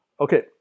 okay